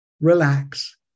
relax